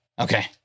Okay